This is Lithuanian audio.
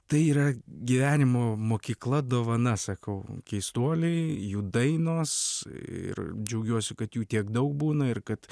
tai yra gyvenimo mokykla dovana sakau keistuoliai jų dainos ir džiaugiuosi kad jų tiek daug būna ir kad